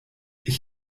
ich